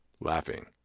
laughing